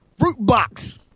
Fruitbox